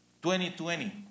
2020